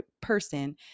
person